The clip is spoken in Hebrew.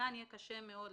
כאן יהיה קשה מאוד,